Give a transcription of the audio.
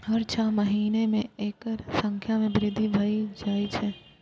हर छह महीना मे एकर संख्या मे वृद्धि भए जाए छै